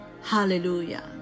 Hallelujah